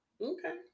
Okay